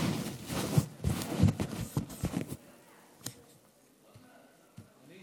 אדוני